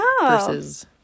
versus